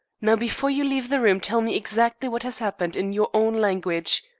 now, before you leave the room tell me exactly what has happened, in your own language.